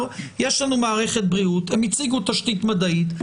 שיש לנו מערכת בריאות שהציגה תשתית מדעית,